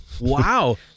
Wow